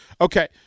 Okay